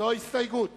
ההסתייגות